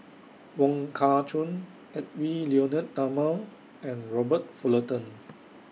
Wong Kah Chun Edwy Lyonet Talma and Robert Fullerton